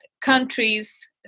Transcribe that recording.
countries